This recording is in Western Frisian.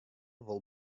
wol